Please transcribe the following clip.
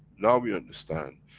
now we understand,